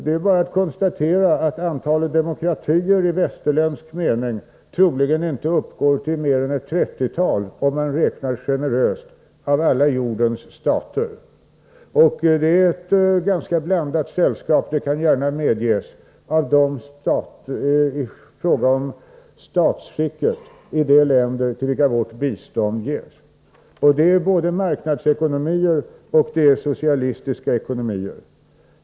Det är bara att konstatera att antalet demokratier i västerländsk mening troligen inte uppgår till mer än omkring 30, om man räknar generöst, bland jordens alla stater. Jag skall gärna medge att de länder till vilka vårt bistånd ges utgör ett ganska blandat sällskap i fråga om samhällssystem. Det är både marknadsekonomier och socialistiska ekonomier.